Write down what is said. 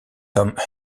tom